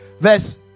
verse